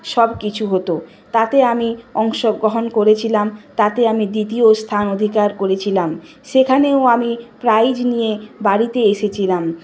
সব কিছু হতো তাতে আমি অংশগ্রহণ করেছিলাম তাতে আমি দ্বিতীয় স্থান অধিকার করেছিলাম সেখানেও আমি প্রাইজ নিয়ে বাড়িতে এসেছিলাম